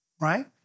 Right